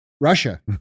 Russia